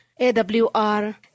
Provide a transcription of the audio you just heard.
AWR